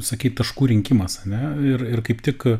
sakei taškų rinkimas ar ne ir ir kaip tik